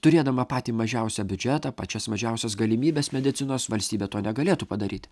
turėdama patį mažiausią biudžetą pačias mažiausias galimybes medicinos valstybė to negalėtų padaryti